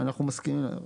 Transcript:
אנחנו מסכימים.